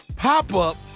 Pop-up